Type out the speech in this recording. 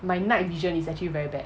my night vision is actually very bad